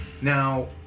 Now